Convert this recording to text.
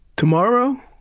Tomorrow